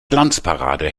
glanzparade